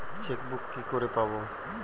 Chequebook কি করে পাবো?